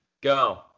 Go